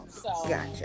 gotcha